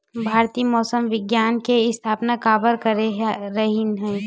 भारती मौसम विज्ञान के स्थापना काबर करे रहीन है?